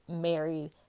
married